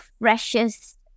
freshest